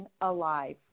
alive